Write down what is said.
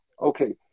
okay